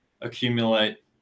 accumulate